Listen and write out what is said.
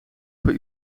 per